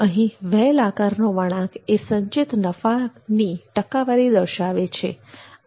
અહીં વ્હેલ આકારનો વળાંક એ સંચિત નફાની ટકાવારી દર્શાવે છે